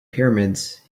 pyramids